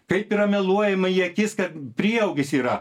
kaip yra meluojama į akis kad prieaugis yra